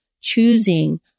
choosing